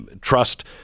trust